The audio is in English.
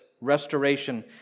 restoration